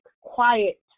quiet